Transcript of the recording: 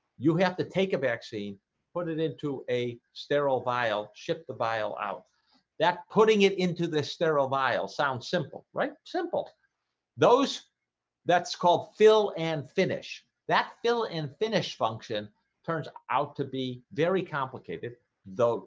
you have to take a vaccine put it into a sterile vial ship the vial out that putting it into this sterile mile sounds simple right simple those that's called fill and finish that fill in finish function turns out to be very complicated though